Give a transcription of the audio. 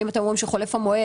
האם אתם אומרים שחולף המועד?